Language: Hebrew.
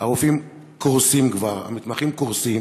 הרופאים קורסים כבר, המתמחים קורסים,